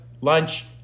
lunch